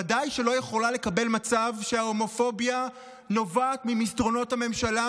וודאי שלא יכולה לקבל מצב שההומופוביה נובעת ממסדרונות הממשלה,